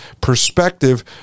perspective